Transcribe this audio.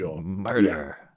murder